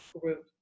group